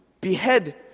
Behead